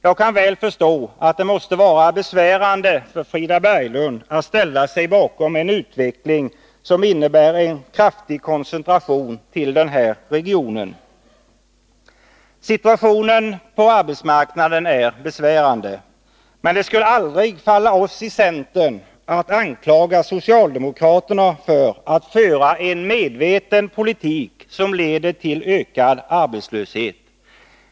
Jag kan väl förstå att det måste vara besvärande för Frida Berglund att ställa sig bakom en utveckling som innebär en kraftig koncentration till den här regionen. Situationen på arbetsmarknaden är besvärande. Men det skulle aldrig falla oss i centern in att anklaga socialdemokraterna för att medvetet föra en politik som leder till ökad arbetslöshet.